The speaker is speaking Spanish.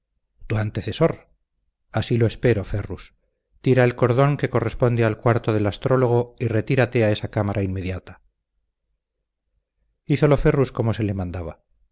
tu antecesor así lo espero ferrus tira el cordón que corresponde al cuarto del astrólogo y retírate a esa cámara inmediata hízolo ferrus como se le mandaba